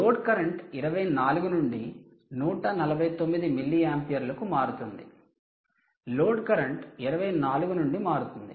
load current 24 నుండి 149 మిల్లియాంపియర్లకు మారుతుంది లోడ్ కరెంట్ 24 నుండి మారుతుంది